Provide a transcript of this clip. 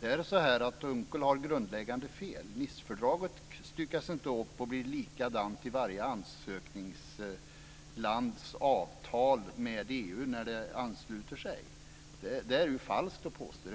Per Unckel har grundläggande fel. Nicefördraget styckas inte upp och blir likadant i varje ansökningslands avtal med EU när landet ansluter sig. Det är falskt att påstå det.